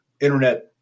Internet